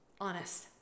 honest